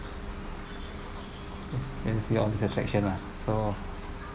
and see all these transactions lah so